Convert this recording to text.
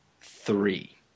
three